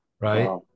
right